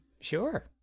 sure